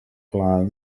clan